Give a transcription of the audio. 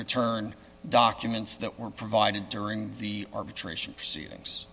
return documents that were provided during the arbitration proceedings